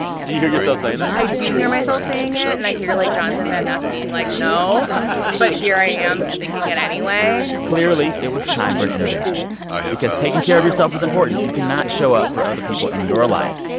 do you hear yourself saying that? i do hear myself saying it. and i hear, like, jonathan van ness being like, no but here i am thinking it anyway clearly, it was time for an intervention because taking care of yourself was important. you cannot show up for other people in your life,